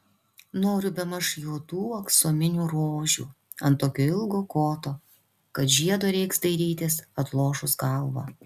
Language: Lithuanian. noriu bemaž juodų aksominių rožių ant tokio ilgo koto kad žiedo reiks dairytis atlošus galvą